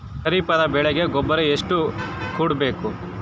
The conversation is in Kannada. ಖರೀಪದ ಬೆಳೆಗೆ ಗೊಬ್ಬರ ಎಷ್ಟು ಕೂಡಬೇಕು?